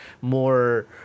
more